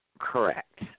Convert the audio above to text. correct